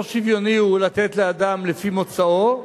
לא שוויוני הוא לתת לאדם לפי מוצאו,